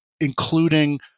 including